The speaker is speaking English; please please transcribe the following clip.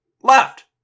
Left